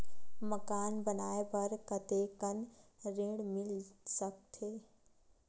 मकान बनाये बर कतेकन ऋण मिल सकथे?